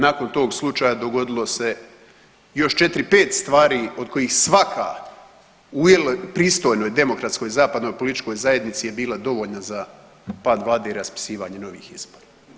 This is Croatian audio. Nakon tog slučaja dogodilo se još 4-5 stvari od kojih svaka u jednoj pristojnoj demokratskoj zapadno političkoj zajednici je bila dovoljna za pad vlade i raspisivanje novih izbora.